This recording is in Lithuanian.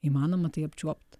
įmanoma tai apčiuopt